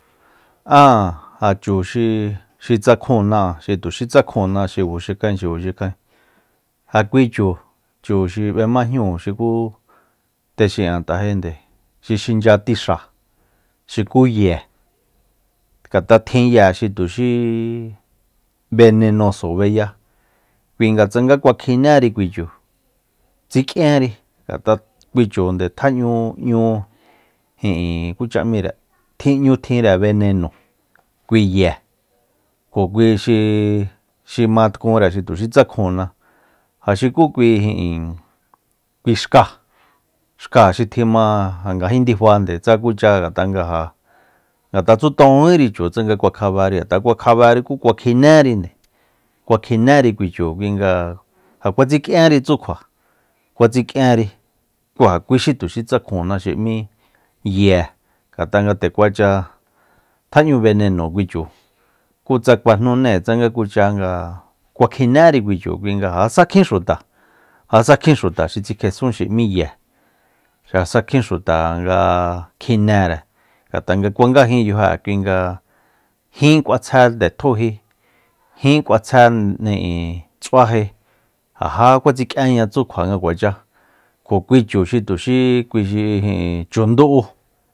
Áa ja chu xi tsakjuna tu xí tsakjunna xi kjua xi kjaen xi kjua xikljaen ja kui chu- chu xi b'emá jñú kú texin'a t'ajénde xi xinchya tixa xuku ye ngat'a tjin ye xi tuxí benenosobeyá kui nga tsanga kuakjinéri kui chu tsik'énri ngat'a kui chu nde tjenñu n'ñu ijin kucha m'íre tjeñu tjinre beneno kui ye kjo kui xi ma tkunre tuxi tsakjunna ja xuku kui ijin kui xkáa xka xi tjinma ja ngajin ndifa nde tsa kucha ngat'a nga tsutonjíri chu tsa kua kjaberi ngat'a nga kukjaberi kua kjinérinde kuakjinéri kui chu kui nga ja kua ts'ik'iénri tsu kjua kuatsik'énri kú ja kui xi tuxí tsakjunna xi m'í ye ngat'a nga nde kuacha tjeñu beneno kui chu kutsa kua jnúné tsanga kucha nga kuakjinéri kui chu kui nga ja jasa kjin xuta ja sa kjin xuta xi tsikjesún xi m'í ye ja sa kjin xuta nga kjinere ngat'a nga kuangajin yajo'e kui nga jín k'uatsjé ndetjúji jí k'uatsjé ts'uaji ja já kuatsik'énña tsú kjua nga kuacháa kjo kui chu xi tu xí ijin chundú